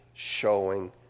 Showing